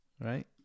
Right